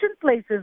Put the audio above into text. places